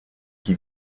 qui